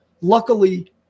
Luckily